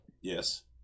Yes